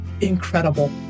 incredible